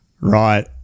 Right